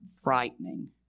frightening